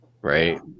right